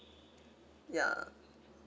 ya